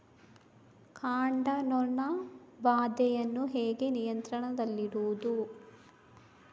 ಕಾಂಡ ನೊಣ ಬಾಧೆಯನ್ನು ಹೇಗೆ ನಿಯಂತ್ರಣದಲ್ಲಿಡುವುದು?